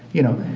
you know.